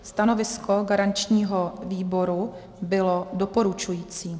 Stanovisko garančního výboru bylo doporučující.